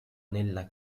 nella